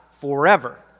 forever